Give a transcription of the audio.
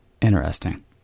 interesting